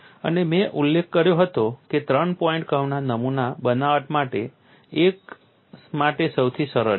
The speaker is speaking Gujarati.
અને મેં ઉલ્લેખ કર્યો હતો કે ત્રણ પોઇન્ટ કર્વના નમૂના બનાવટ માટે એક માટે સૌથી સરળ છે